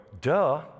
duh